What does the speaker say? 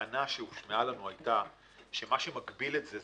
הטענה שהושמעה לנו הייתה שמה שמגביל את זה,